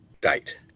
date